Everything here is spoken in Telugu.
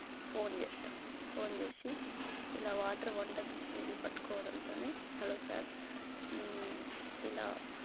ఫోన్ చేస్తాం ఫోన్ చేసి ఇలా వాటర్ వంటకి నీళ్ళు పట్టుకోవడంతోనే హలో సార్ ఇలా